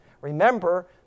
Remember